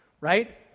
right